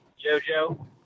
JoJo